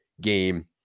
game